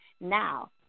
Now